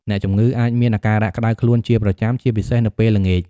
អ្នកជំងឺអាចមានអាការៈក្តៅខ្លួនជាប្រចាំ ជាពិសេសនៅពេលល្ងាច។